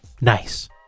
nice